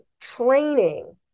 training